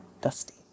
Dusty